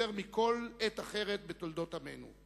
יותר מכל עת אחרת בתולדות עמנו.